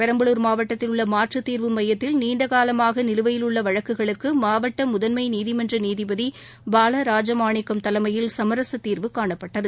பெரம்பலூர் மாவட்டத்தில் உள்ள மாற்றத்தீர்வு மையத்தில் நீண்டகாலமாக நிலுவையில் உள்ள வழக்குகளுக்கு மாவட்ட முதன்மை நீதிமன்ற நீதிபதி பால ராஜமாணிக்கம் தலைமையில் சுமரச தீர்வு காணப்பட்டது